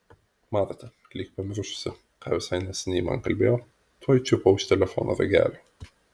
marta lyg pamiršusi ką visai neseniai man kalbėjo tuoj čiupo už telefono ragelio